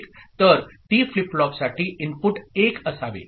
तर T flip फ्लॉपसाठी input 1 असावे